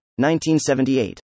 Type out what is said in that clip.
1978